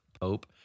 Pope